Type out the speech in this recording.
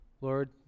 Lord